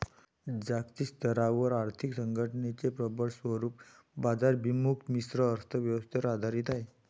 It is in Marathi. जागतिक स्तरावर आर्थिक संघटनेचे प्रबळ स्वरूप बाजाराभिमुख मिश्र अर्थ व्यवस्थेवर आधारित आहे